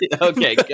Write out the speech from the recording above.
Okay